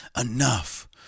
enough